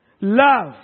Love